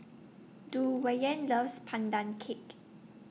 Duwayne loves Pandan Cake